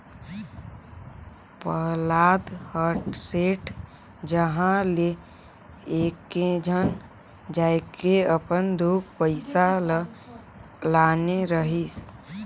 पहलाद ह सेठ जघा ले एकेझन जायके अपन खुद पइसा ल लाने रहिस